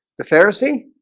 the pharisee